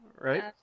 Right